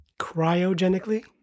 Cryogenically